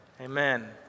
Amen